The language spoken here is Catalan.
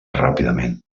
ràpidament